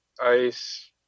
ice